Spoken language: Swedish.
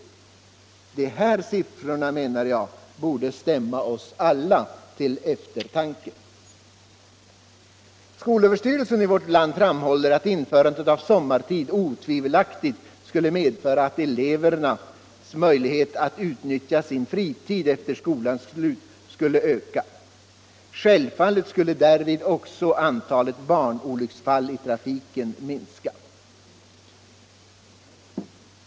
De här siffrorna menar jag borde stämma oss till eftertanke. Skolöverstyrelsen i vårt land framhåller att införandet av sommartid otvivelaktigt skulle medföra att elevernas möjlighet att utnyttja sin fritid efter skolans slut :skulle öka. Självfallet skulle därvid också antalet barnolycksfall i trafiken minska.